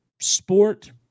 Sport